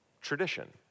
tradition